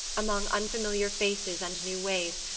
among unfamiliar faces and new ways,